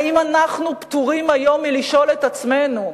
האם אנחנו פטורים היום מלשאול את עצמנו,